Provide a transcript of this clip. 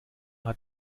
hat